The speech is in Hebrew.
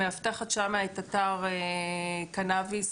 מאבטחת שם אתר קנאביס,